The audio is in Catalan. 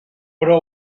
però